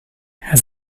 has